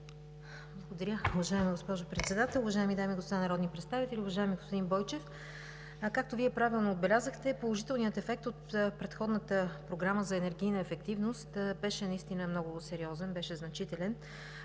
Благодаря. Уважаема госпожо Председател, уважаеми дами и господа народни представители! Уважаеми господин Бойчев, както Вие правилно отбелязахте, положителният ефект от предходната програма за енергийна ефективност беше наистина много сериозен, беше значителен.